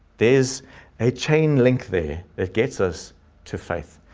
there's a chain link there that gets us to faith.